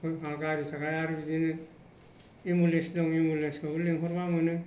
गारि सालायना बिदिनो एम्बुलेन्स दं एम्बुलेन्स खौबो लेंहरबा मोनो